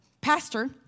pastor